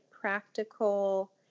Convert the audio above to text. practical